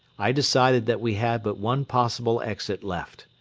i decided that we had but one possible exit left.